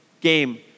game